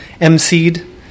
emceed